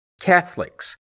Catholics